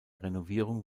renovierung